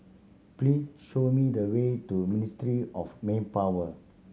please show me the way to Ministry of Manpower